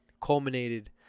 culminated